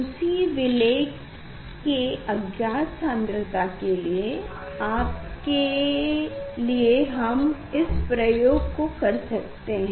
उसी विलेय के अज्ञात सान्द्रता के लिए आप के लिए हम इस प्रयोग को कर सकते हैं